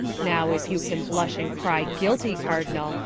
now, if you can blush, and crie guiltie cardinall,